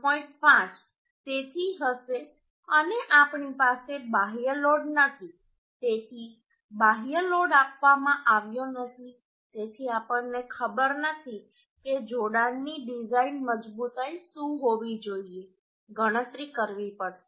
5 તેથી હશે અને આપણી પાસે બાહ્ય લોડ નથી તેથી બાહ્ય લોડ આપવામાં આવ્યો નથી તેથી આપણને ખબર નથી કે જોડાણની ડિઝાઇન મજબૂતાઈ શું હોવી જોઈએ ગણતરી કરવી પડશે